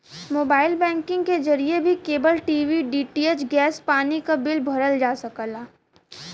mobile banking के जरिए भी केबल टी.वी डी.टी.एच गैस पानी क बिल भरल जा सकला